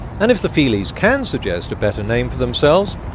and if the feelies can suggest a better name for themselves,